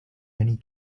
many